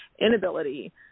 inability